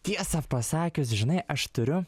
tiesą pasakius žinai aš turiu